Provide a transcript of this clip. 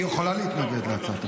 היא יכולה להתנגד להצעת החוק.